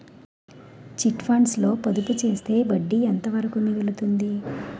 Chit funds లో పొదుపు చేస్తే వడ్డీ ఎంత వరకు మిగులుతుంది?